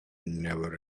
never